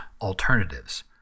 alternatives